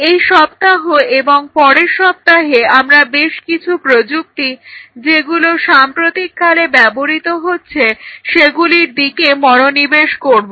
এই সপ্তাহ এবং পরের সপ্তাহে আমরা বেশ কিছু প্রযুক্তি যেগুলো সাম্প্রতিককালে ব্যবহৃত হচ্ছে সেগুলির দিকে মনোনিবেশ করব